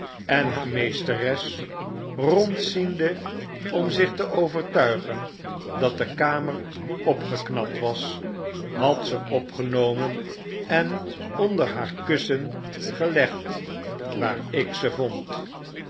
en haar meesteres rondziende om zich te overtuigen dat de kamer opgeknapt was had ze opgenomen en onder haar kussen gelegd waar ik ze vond